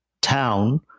town